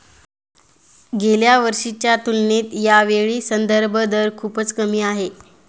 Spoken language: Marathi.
गेल्या वर्षीच्या तुलनेत यावेळी संदर्भ दर खूपच कमी आहे